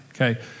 Okay